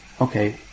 okay